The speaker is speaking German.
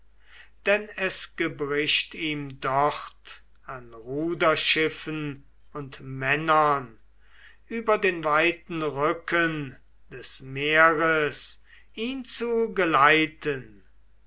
denn es gebricht ihm dort an ruderschiffen und männern über den weiten rücken des meeres ihn zu geleiten